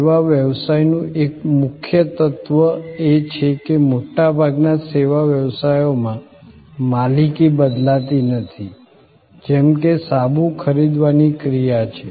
સેવા વ્યવસાયનું એક મુખ્ય તત્વ એ છે કે મોટાભાગના સેવા વ્યવસાયોમાં માલિકી બદલાતી નથી જેમકે સાબુ ખરીદવાની ક્રિયા છે